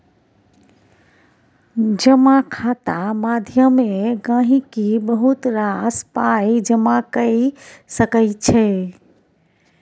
जमा खाता माध्यमे गहिंकी बहुत रास पाइ जमा कए सकै छै